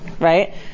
right